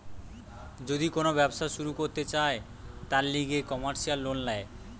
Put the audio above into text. যদি কোন ব্যবসা শুরু করতে চায়, তার লিগে কমার্সিয়াল লোন ল্যায়